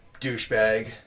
douchebag